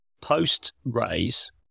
Post-raise